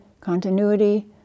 continuity